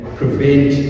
prevent